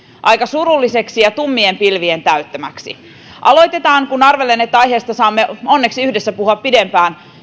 aika surulliseksi ja tummien pilvien täyttämäksi aloitetaan siitä positiivisesta puolesta kun arvelen että aiheesta saamme onneksi yhdessä puhua pidempään